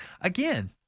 Again